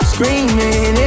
Screaming